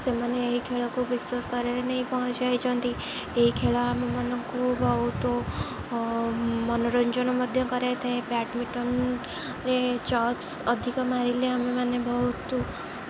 ସେମାନେ ଏହି ଖେଳକୁ ବିଶ୍ୱସ୍ତରରେ ନେଇ ପହଞ୍ଚାଇଛନ୍ତି ଏହି ଖେଳ ଆମମାନଙ୍କୁ ବହୁତ ମନୋରଞ୍ଜନ ମଧ୍ୟ କରାଇଥାଏ ବ୍ୟାଡ଼ମିଟନରେ ଚପ୍ସ୍ ଅଧିକ ମାରିଲେ ଆମେମାନେ ବହୁତ